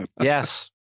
Yes